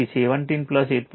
તેથી 17 8